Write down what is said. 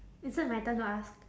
is it my turn to ask